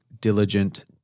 diligent